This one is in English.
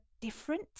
different